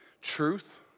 truth